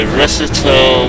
recital